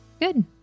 Good